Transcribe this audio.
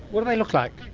what do they look like?